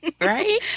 Right